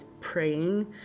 praying